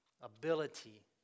ability